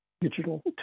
digital